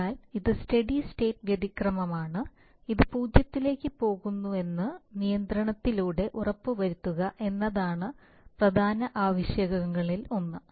അതിനാൽ ഇത് steady state വ്യതിക്രമാണ് ഇത് പൂജ്യത്തിലേക്ക് പോകുന്നുവെന്ന് നിയന്ത്രണത്തിലൂടെ ഉറപ്പുവരുത്തുക എന്നതാണ് പ്രധാന ആവശ്യകതകളിലൊന്ന്